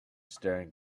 staring